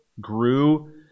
grew